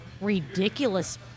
ridiculous